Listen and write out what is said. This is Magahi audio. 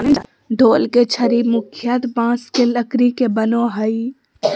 ढोल के छड़ी मुख्यतः बाँस के लकड़ी के बनो हइ